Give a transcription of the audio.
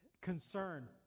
concern